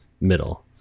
middle